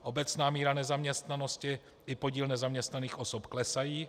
Obecná míra nezaměstnanosti i podíl nezaměstnaných osob klesají.